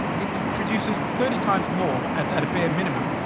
it produces thirty times more, at at a bare minimum.